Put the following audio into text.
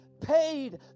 paid